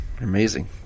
Amazing